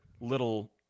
little